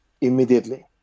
immediately